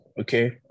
okay